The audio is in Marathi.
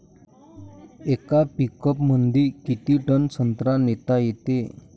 येका पिकअपमंदी किती टन संत्रा नेता येते?